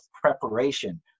preparation